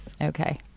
Okay